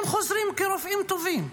הם חוזרים כרופאים טובים.